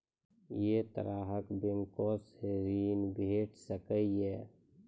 ऐ तरहक बैंकोसऽ ॠण भेट सकै ये?